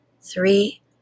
three